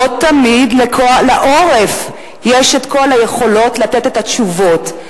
לא תמיד לעורף יש כל היכולות לתת את התשובות.